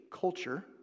culture